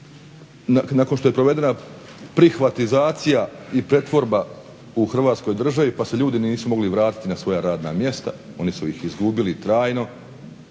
nakon što je provedena privatizacija i pretvorba u Hrvatskoj državi pa se ljudi nisu mogli vratiti na svoja radna mjesta, oni su ih izgubili trajno.